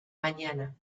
mañana